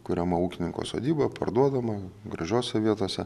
kuriama ūkininko sodyba parduodama gražiose vietose